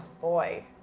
boy